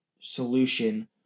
solution